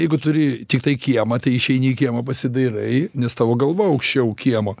jeigu turi tiktai kiemą tai išeini į kiemą pasidairai nes tavo galva aukščiau kiemo